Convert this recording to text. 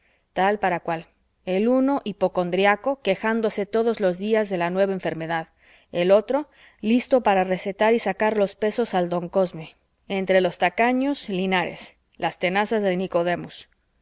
tal para cual el uno hipocondriaco quejándose todos los días de una nueva enfermedad el otro listo para recetar y sacar los pesos al don cosme entre los tacaños linares las tenazas de nicodemus